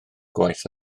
gwaith